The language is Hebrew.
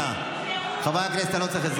ואמרתי מחבלים, לא ערבים.